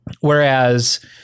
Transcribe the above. Whereas